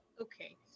okay